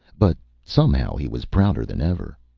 but somehow he was prouder than ever.